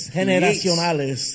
generacionales